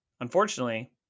unfortunately